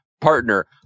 partner